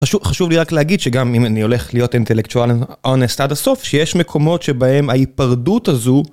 חשוב לי רק להגיד שגם אם אני הולך להיות אינטלקטואלן אונסט עד הסוף, שיש מקומות שבהם ההיפרדות הזו.